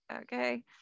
Okay